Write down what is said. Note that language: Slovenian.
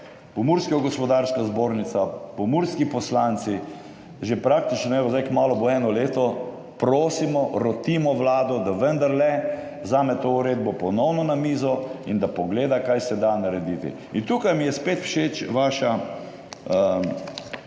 Pomurska gospodarska zbornica, pomurski poslanci že praktično, evo, zdaj kmalu bo eno leto, prosimo, rotimo Vlado, da vendarle vzame to uredbo ponovno na mizo in da pogleda kaj se da narediti. In tukaj mi je spet všeč vaša